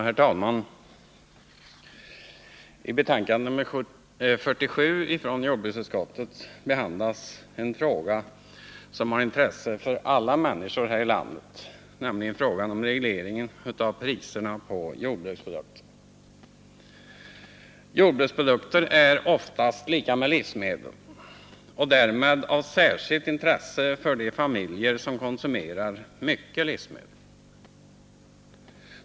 Herr talman! I betänkandet nr 47 från jordbruksutskottet behandlas en fråga som har intresse för alla människor här i landet, nämligen frågan om regleringen av priserna på jordbruksprodukter. Jordbruksprodukter är oftast detsamma som livsmedel och därmed av särskilt intresse för de familjer som har en hög konsumtion av livsmedel.